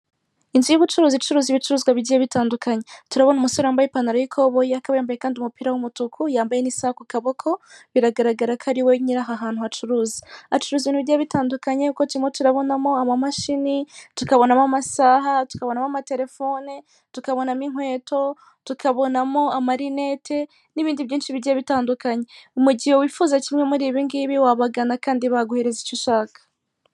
Inzu y'ubucuruzi icuruza ibicuruzwa bigiye bitandukanye turabona umusore wambaye ipantaro y'ikoboyi akaba yambaye kandi umupira w'umutuku yambaye n'isaha ku kaboko biragaragara ko ariwe nyir'aha hantu hacuruza acuruza ibiryo bitandukanye kuko turimo turabonamo amamashini, tukabonamo amasaha, tukabonamo amatelefone, tukabonamo inkweto, tukabonamo amarinete, n'ibindi byinshi bigiye bitandukanye mu gihe wifuza kimwe muri ibi ngibi wabagana kandi baguhereza icyo ushaka.